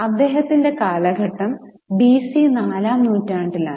അദ്ദേഹത്തിന്റെ കാലഘട്ടം ബിസി നാലാം നൂറ്റാണ്ടിലാണ്